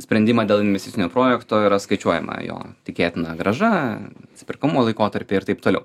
sprendimą dėl investicinio projekto yra skaičiuojama jo tikėtina grąža atsiperkamumo laikotarpiai ir taip toliau